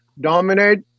Dominate